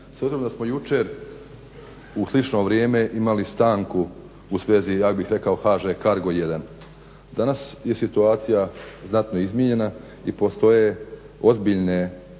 s obzirom da smo jučer u slično vrijeme imali stanku u svezi ja bih rekao HŽ Cargo 1, danas je situacija znatno izmijenjena i postoje ozbiljne